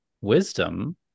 wisdom